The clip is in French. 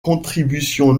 contribution